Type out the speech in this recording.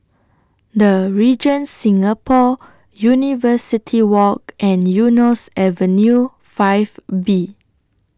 The Regent Singapore University Walk and Eunos Avenue five B